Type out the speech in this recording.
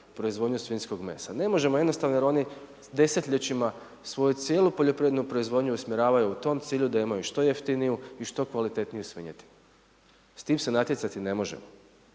proizvodnju svinjskog mesa, ne možemo jednostavno jer oni desetljećima svoju cijelu poljoprivrednu proizvodnju usmjeravaju u tom cilju da imaju što jeftiniju i što kvalitetniju svinjetinu. S tim se natjecati ne možemo